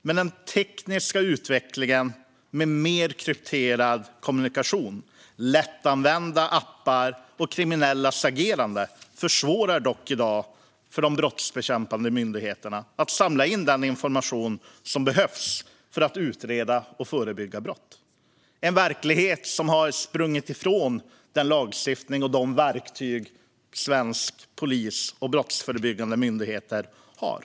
Men den tekniska utvecklingen med mer krypterad kommunikation och lättanvända appar tillsammans med kriminellas agerande försvårar i dag för de brottsbekämpande myndigheterna att samla in den information som behövs för att utreda och förebygga brott. Verkligheten har sprungit ifrån den lagstiftning och de verktyg som svensk polis och brottsförebyggande myndigheter har.